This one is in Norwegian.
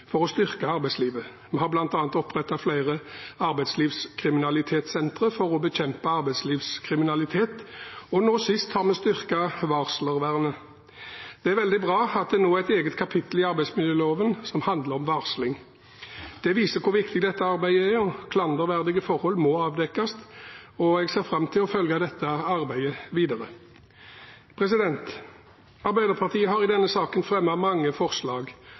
for å styrke arbeidslivet. Vi har bl.a. opprettet flere arbeidslivskriminalitetssentre for å bekjempe arbeidslivskriminalitet, og nå sist har vi styrket varslervernet. Det er veldig bra at det nå er et eget kapittel i arbeidsmiljøloven som handler om varsling. Det viser hvor viktig dette arbeidet er. Klanderverdige forhold må avdekkes, og jeg ser fram til å følge dette arbeidet videre. Arbeiderpartiet har i denne saken fremmet mange forslag,